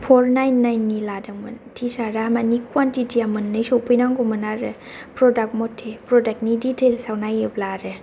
पर nine nine नि लादोंमोन T shirt या माने कुवानटिटि या मोन्नै सफैनांगौमोन आरो प्रडाक्ट मथे प्रडाक्ट नि डिटेइलस आव नायोब्ला आरो